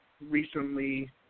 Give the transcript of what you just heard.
recently